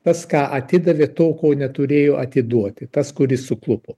tas ką atidavė to ko neturėjo atiduoti tas kuris suklupo